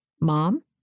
Mom